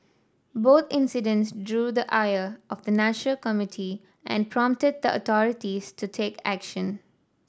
both incidents drew the ire of the nature community and prompted the authorities to take action